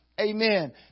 Amen